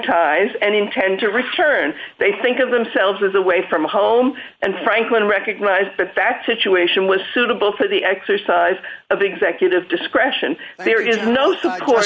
ties and intend to return they think of themselves as away from home and franklin recognized but that situation was suitable for the exercise of executive discretion there is no support